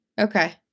Okay